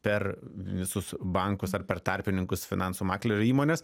per visus bankus ar per tarpininkus finansų maklerių įmones